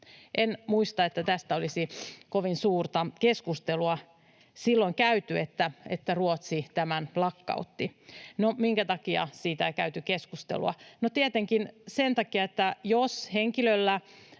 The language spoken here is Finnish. En muista, että tästä olisi kovin suurta keskustelua silloin käyty, että Ruotsi tämän lakkautti. No, minkä takia siitä ei käyty keskustelua? No, tietenkin sen takia, että jos henkilöllä